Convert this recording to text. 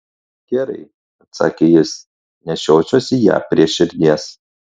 gerai atsakė jis nešiosiuosi ją prie širdies